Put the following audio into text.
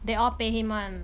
they all pay him one